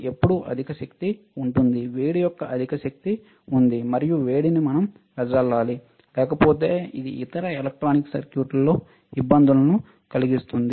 ఎప్పుడు అధిక శక్తి ఉంది వేడి యొక్క అధిక శక్తి ఉంది మరియు వేడిని మనం వెదజల్లాలి లేకపోతే ఇది ఇతర ఎలక్ట్రానిక్ సర్క్యూట్లలో ఇబ్బందులను కలిగిస్తుంది